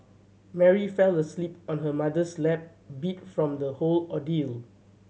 Mary fell asleep on her mother's lap beat from the whole ordeal